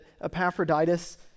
Epaphroditus